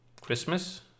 Christmas